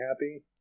happy